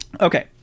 Okay